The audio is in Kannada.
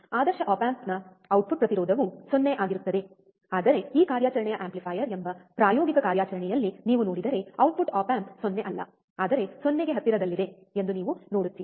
ಆದರ್ಶ ಆಪ್ ಆಂಪಿಯ ಔಟ್ಪುಟ್ ಪ್ರತಿರೋಧವು 0 ಆಗಿರುತ್ತದೆ ಆದರೆ ಈ ಕಾರ್ಯಾಚರಣೆಯ ಆಂಪ್ಲಿಫೈಯರ್ ಎಂಬ ಪ್ರಾಯೋಗಿಕ ಕಾರ್ಯಾಚರಣೆಯಲ್ಲಿ ನೀವು ನೋಡಿದರೆ ಔಟ್ಪುಟ್ ಆಪ್ ಆಂಪ್ 0 ಅಲ್ಲ ಆದರೆ 0 ಗೆ ಹತ್ತಿರದಲ್ಲಿದೆ ಎಂದು ನೀವು ನೋಡುತ್ತೀರಿ